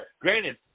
granted